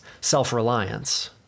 self-reliance